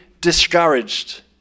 discouraged